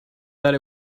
that